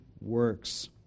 works